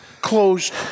closed